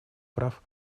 прав